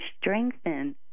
strengthen